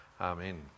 Amen